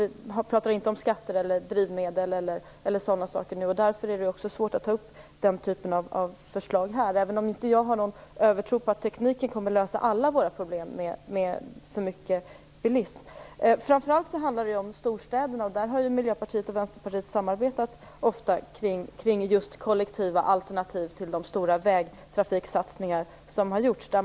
Vi diskuterar inte skatter och drivmedel, och därför är det svårt att ta upp den typen av förslag här. Jag har i och för sig ingen övertro på att tekniken kommer att lösa alla problem med alltför mycket bilism. Framför allt handlar det nu om storstäderna. Där har Miljöpartiet och Vänsterpartiet ofta samarbetat kring kollektiva alternativ till de stora vägtrafiksatsningar som gjorts.